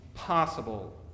possible